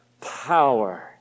power